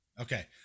okay